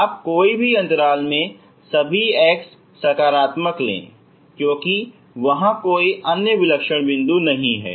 आप कोई भी अंतराल में सभी x सकारात्मक लें क्योंकि वहां कोई अन्य विलक्षण बिंदु नहीं है